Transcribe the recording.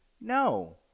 no